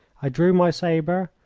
i drew my sabre,